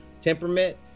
temperament